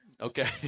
Okay